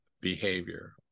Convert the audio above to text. behavior